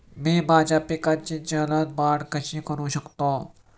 मी माझ्या पिकांची जलद वाढ कशी करू शकतो?